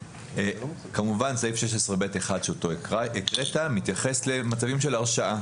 כמובן סעיף 16(ב)(1) שאותו הקראת מתייחס למצבים של הרשעה.